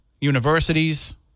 universities